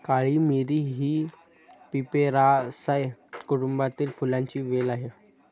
काळी मिरी ही पिपेरासाए कुटुंबातील फुलांची वेल आहे